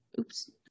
oops